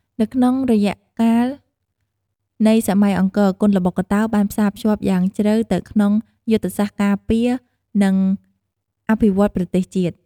នៅក្នុងរយៈកាលនៃសម័យអង្គរគុនល្បុក្កតោបានផ្សារភ្ជាប់យ៉ាងជ្រៅទៅក្នុងយុទ្ធសាស្ត្រការពារ និងអភិវឌ្ឍន៍ប្រទេសជាតិ។